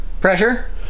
pressure